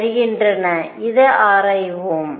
தருகின்றன இதை ஆராய்வோம்